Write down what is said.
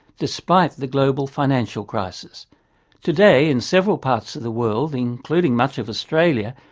despite the global financial crisis today, in several parts of the world, including much of australia,